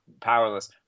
powerless